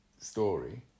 story